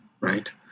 right